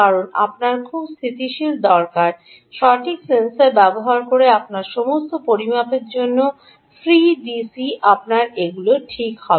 কারণ আপনার খুব স্থিতিশীল দরকার খুব সঠিক সেন্সর ব্যবহার করে আপনার সমস্ত পরিমাপের জন্য ফ্রি ফ্রি ডিসি আপনার এগুলি ঠিক হবে